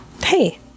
Hey